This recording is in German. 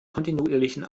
kontinuierlichen